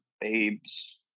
babes